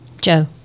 joe